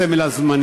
של סמל זמני,